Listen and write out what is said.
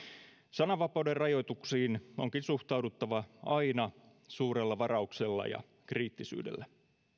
sananvapauden rajoituksiin onkin suhtauduttava aina suurella varauksella ja kriittisyydellä